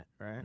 right